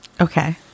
Okay